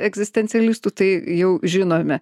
egzistencialistų tai jau žinome